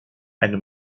eine